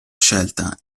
scelta